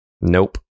Nope